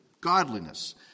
godliness